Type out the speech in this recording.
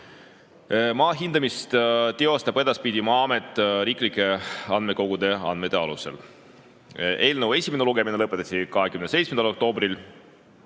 Maa hindamist teostab edaspidi Maa-amet riiklike andmekogude andmete alusel. Eelnõu esimene lugemine lõpetati 27. oktoobril.